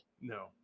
No